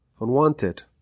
unwanted